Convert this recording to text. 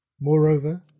Moreover